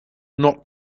not